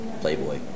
Playboy